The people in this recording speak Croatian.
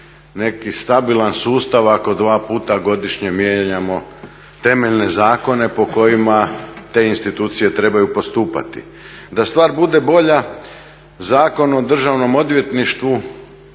neki stabilan sustav ako dva puta godišnje mijenjamo temeljne zakone po kojima te institucije trebaju postupati. Da stvar bude bolja Zakon o državnom odvjetništvu